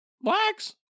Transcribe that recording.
blacks